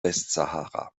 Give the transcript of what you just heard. westsahara